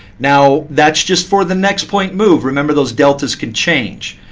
now that's just for the next point move. remember, those deltas can change.